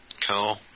Cool